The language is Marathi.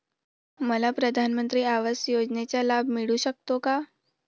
मला प्रधानमंत्री आवास योजनेचा लाभ मिळू शकतो का?